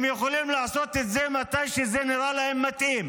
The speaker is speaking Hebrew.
הם יכולים לעשות את זה מתי שזה נראה להם מתאים.